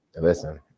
Listen